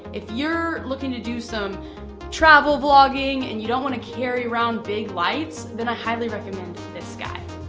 if you're looking to do some travel vlogging and you don't wanna carry around big lights then i highly recommend this guy.